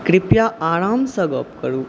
कृपया आरामसँ गप्प करू